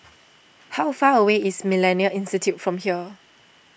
how far away is Millennia Institute from here